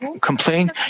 complain